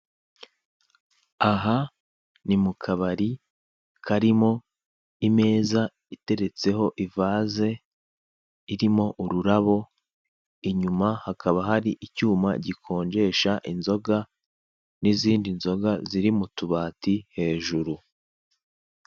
Aha ni mukabari karimo imeza iteretseho ivaze irimo ururabo inyuma hakaba hari icyuma gikonjesha inzoga n' izindi nzoga zr mu tubati hejuru.